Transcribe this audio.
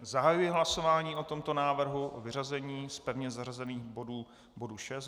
Zahajuji hlasování o tomto návrhu o vyřazení z pevně zařazených bodů bodu 6.